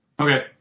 Okay